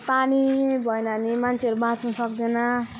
पानी भएन भने मान्छेहरू बाँच्न सक्दैन